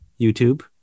YouTube